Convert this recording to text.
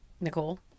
Nicole